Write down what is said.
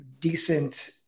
decent